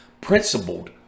principled